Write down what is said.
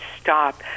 stop